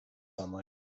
sunlight